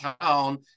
town